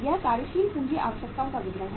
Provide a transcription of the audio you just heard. यह कार्यशील पूंजी आवश्यकताओं का विवरण है